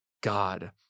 God